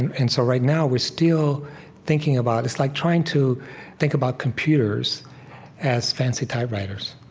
and so right now we're still thinking about it's like trying to think about computers as fancy typewriters.